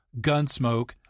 Gunsmoke